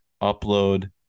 upload